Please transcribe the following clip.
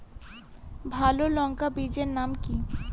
ভালো লঙ্কা বীজের নাম কি?